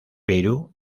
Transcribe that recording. perú